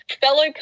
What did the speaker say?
fellow